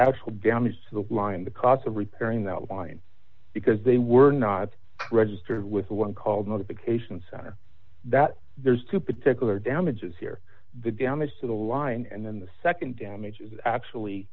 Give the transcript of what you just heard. actual damage to the line the cost of repairing that wine because they were not registered with the one called notification center that there's two particular damages here the damage to the line and then the nd damage is actually